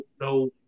no –